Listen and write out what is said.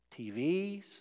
TVs